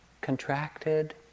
contracted